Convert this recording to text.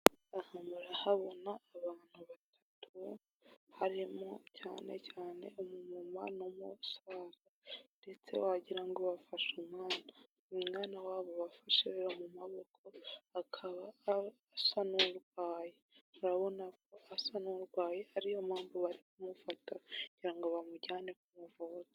Aha murahabona abantu batatu harimo cyane cyane umuma n'umusaza, ndetse wagira ngo bafashe umwana, uyu mwana wabo bafashe rero mu maboko akaba asa n'urwaye, murabona ko asa n'urwaye, ari yo mpamvu bari kumufata kugira ngo bamujyane kumuvuza.